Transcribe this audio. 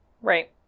right